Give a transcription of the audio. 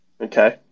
Okay